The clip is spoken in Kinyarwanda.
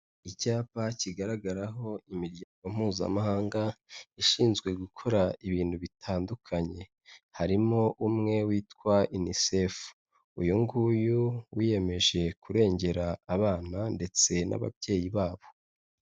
Icyapa kigaragaraho imiryango mpuzamahanga ishinzwe gukora ibintu bitandukanye, harimo umwe witwa UNICEF, uyu nguyu wiyemeje kurengera abana ndetse n'ababyeyi babo.